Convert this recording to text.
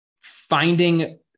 finding